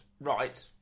Right